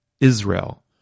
Israel